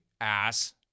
Ass